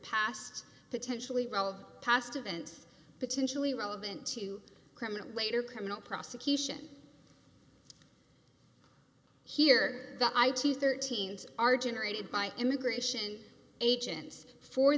past potentially relevant past events potentially relevant to criminal later criminal prosecution here that i to thirteen's are generated by immigration agents for